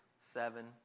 seven